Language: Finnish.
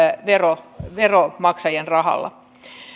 veronmaksajien rahalla